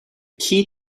key